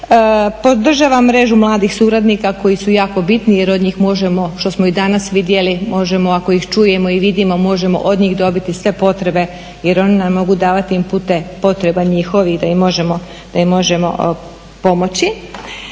Podržavam mrežu mladih suradnika koji su jako bitni jer od njih možemo, što smo i danas vidjeli, možemo ako ih čujemo i vidimo možemo od njih dobit sve potrebe, jer oni nam mogu davati impute potreba njihovih da im možemo pomoći.